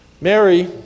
Mary